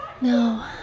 No